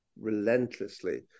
relentlessly